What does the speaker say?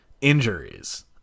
injuries